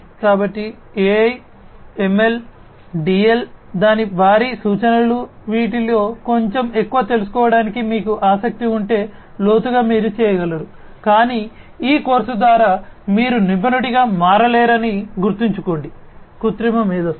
కాబట్టి AI ML DL దాని భారీ సూచనలు వీటిలో కొంచెం ఎక్కువ తెలుసుకోవటానికి మీకు ఆసక్తి ఉంటే లోతుగా మీరు చేయగలరు కానీ ఈ కోర్సు ద్వారా మీరు నిపుణుడిగా మారలేరని గుర్తుంచుకోండి కృత్రిమ మేధస్సు